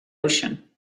ocean